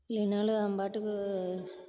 இல்லைனாலும் அவன் பாட்டுக்கு